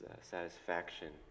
satisfaction